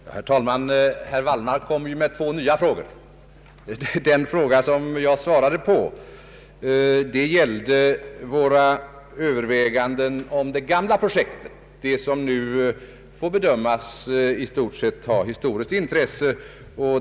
Herr talman! Herr Wallmark ställer nu två nya frågor. Den interpellation jag svarade på gällde våra överväganden om det gamla projektet, det som nu får bedömas ha i stort sett historiskt intresse.